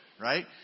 right